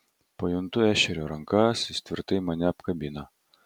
pajuntu ešerio rankas jis tvirtai mane apkabina